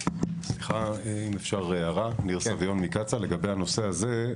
אם אפשר הערה לגבי הנושא הזה.